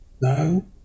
No